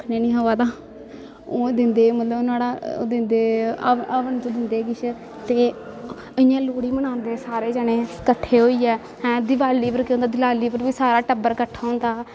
आखने नेईं आवा दा ओह् दिंदे मतलब नुहाड़ा ओह् दिंदे हव हवन च दिंदे किश ते इ'यां लोह्ड़ी मनांदे सारे जने कट्ठे होइयै हैं दिवाली पर केह् होंदा दिवाली पर बी सारा टब्बर कट्ठा होंदा